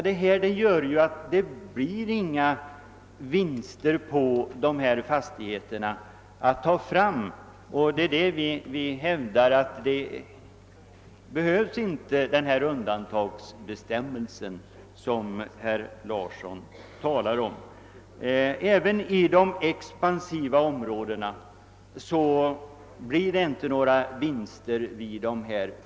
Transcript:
Detta gör att det inte på dessa fastigheter uppkommer några vinster att ta fram till beskattning, och därför behövs det inte någon undantagsbestämmelse av det slag som herr Larsson i Umeå talar om. Inte heller i de expansiva områdena blir det några vinster vid försäljningar.